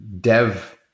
dev